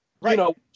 Right